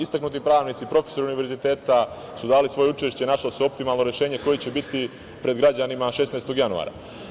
Istaknuti pravnici, profesori univerziteta su dali svoje učešće i našli su optimalno rešenje koje će biti pred građanima 16. januara.